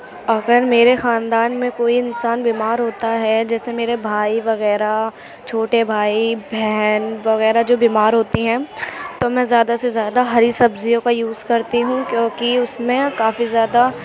اگر میرے خاندان میں کوئی انسان بیمار ہوتا ہے جیسے میرے بھائی وغیرہ چھوٹے بھائی بہن وغیرہ جو بیمار ہوتی ہیں تو میں زیادہ سے زیادہ ہری سبزیوں کا یوز کرتی ہوں کیوںکہ اُس میں کافی زیادہ